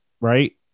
right